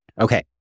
Okay